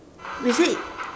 you said